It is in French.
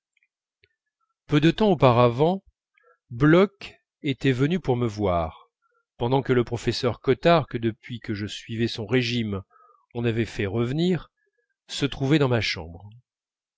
peu de temps auparavant bloch était venu me voir pendant que le professeur cottard que depuis que je suivais son régime on avait fait revenir se trouvait dans ma chambre